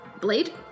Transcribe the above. blade